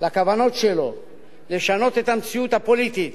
לכוונות שלו לשנות את המציאות הפוליטית